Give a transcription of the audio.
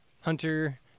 Hunter